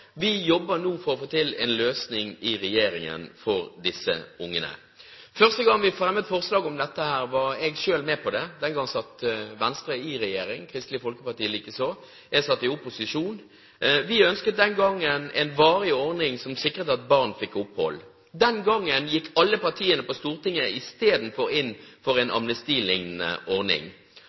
Vi jobber nå for å få til en løsning i regjeringen for disse ungene. Første gang vi fremmet forslag om dette, var jeg selv med på det. Den gangen satt Venstre i regjering, Kristelig Folkeparti likeså. Jeg satt i opposisjon. Vi ønsket den gangen en varig ordning som sikret at barn fikk opphold. Den gangen gikk alle partiene på Stortinget istedenfor inn for en amnestiliknende ordning